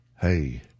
Hey